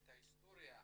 את ההיסטוריה.